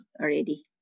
already